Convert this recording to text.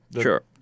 Sure